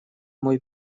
мой